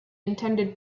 intended